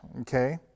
Okay